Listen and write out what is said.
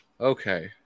Okay